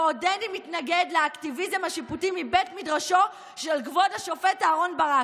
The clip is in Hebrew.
ועודני מתנגד "לאקטיביזם השיפוטי מבית מדרשו של כבוד השופט אהרן ברק.